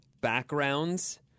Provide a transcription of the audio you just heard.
backgrounds